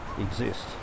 exist